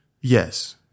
Yes